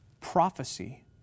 Prophecy